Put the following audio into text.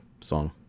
song